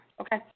Okay